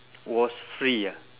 was free ah